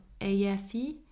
AFE